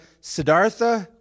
Siddhartha